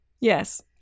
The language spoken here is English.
Yes